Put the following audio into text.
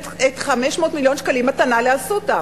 את 500 מיליון השקלים מתנה ל"אסותא".